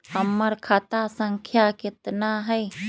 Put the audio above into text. हमर खाता संख्या केतना हई?